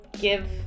Give